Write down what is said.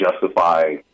justify